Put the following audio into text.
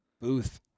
booth